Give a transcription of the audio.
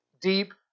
deep